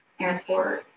airport